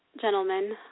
gentlemen